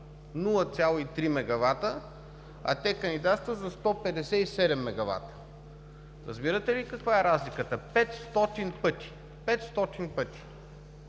0,3 мегавата, а те кандидатстват за 157 мегавата! Разбирате ли каква е разликата? Петстотин